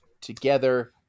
together